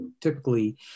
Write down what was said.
typically